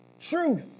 truth